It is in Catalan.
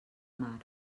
mar